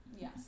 Yes